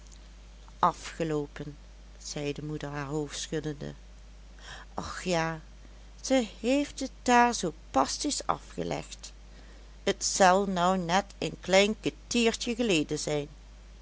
afgeloopen zei de moeder haar hoofd schuddende och ja ze heeft het daar zoo passies afgelegd t zel nou net een klein ketiertje geleden zijn